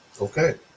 Okay